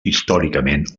històricament